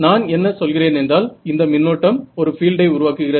நான் என்ன சொல்கிறேன் என்றால் இந்த மின்னோட்டம் ஒரு பீல்டை உருவாக்குகிறது